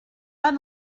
pas